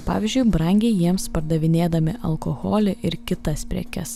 pavyzdžiui brangiai jiems pardavinėdami alkoholį ir kitas prekes